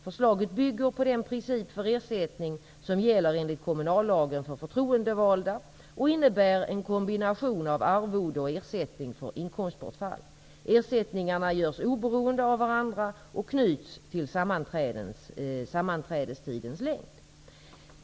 Förslaget bygger på den princip för ersättning som gäller enligt kommunallagen för förtroendevalda och innebär en kombination av arvode och ersättning för inkomstbortfall. Ersättningarna görs oberoende av varandra och knyts til sammanträdestidens längd.